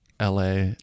LA